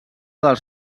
dels